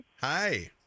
Hi